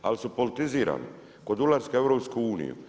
Ali su politizirani kod ulaska u EU.